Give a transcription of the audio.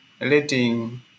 letting